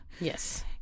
Yes